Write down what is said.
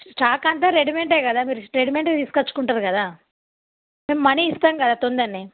stock అంతా రెడీమెటే కదా మీరు రేడిమెట్వి తీసుకొచ్చుకుంటారు కదా మేం మనీ ఇస్తాం కదా తొందరనే